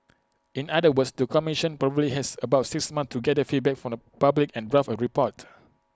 in other words the commission probably has about six months to gather feedback from the public and draft A report